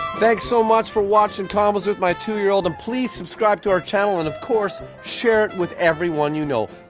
thanks so much for watching convos with my two year old and please subscribe to our channel and, of course, share it with everyone you know.